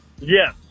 Yes